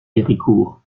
héricourt